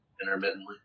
intermittently